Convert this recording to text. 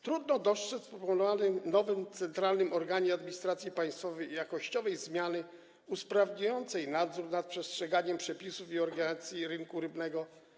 Trudno dostrzec w proponowanym nowym centralnym organie administracji państwowej jakościową zmianę usprawniającą nadzór nad przestrzeganiem przepisów i organizacji rynku rybnego.